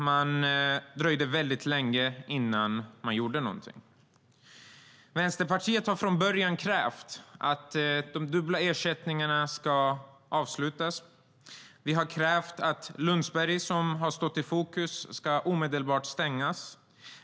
Man dröjde väldigt länge innan man gjorde någonting. Vänsterpartiet har från början krävt att de dubbla ersättningarna ska avslutas. Vi har krävt att Lundsberg, som har stått i fokus, omedelbart ska stängas.